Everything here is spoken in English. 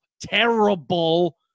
Terrible